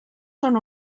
són